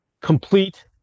complete